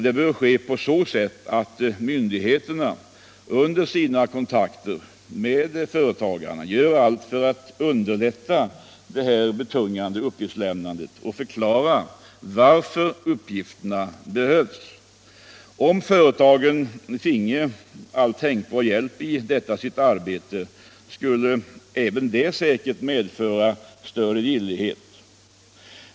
Det bör åstadkommas på så sätt att myndigheterna vid sina kontakter med dem gör allt för att underlätta det betungande uppgiftslämnandet och förklara varför uppgifterna behövs. Om företagen finge all tänkbar hjälp i detta sitt arbete skulle även det säkert medföra större villighet.